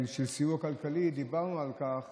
של סיוע כלכלי, דיברנו על כך